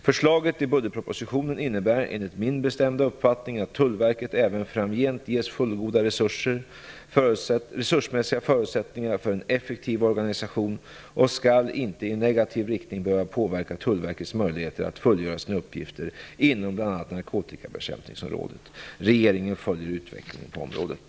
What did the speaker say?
Förslaget i budgetpropositionen innebär, enligt min bestämda uppfattning, att Tullverket även framgent ges fullgoda resursmässiga förutsättningar för en effektiv organisation och skall inte i negativ riktning behöva påverka Tullverkets möjligheter att fullgöra sina uppgifter inom bl.a. narkotikabekämpningsområdet. Regeringen följer utvecklingen på området.